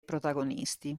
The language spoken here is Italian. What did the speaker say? protagonisti